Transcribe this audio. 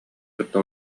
кытта